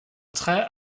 très